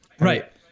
right